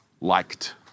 liked